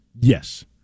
Yes